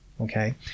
Okay